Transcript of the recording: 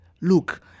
look